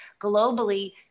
globally